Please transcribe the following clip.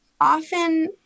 Often